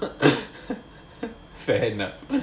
fair enough